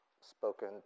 spoken